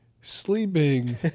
Sleeping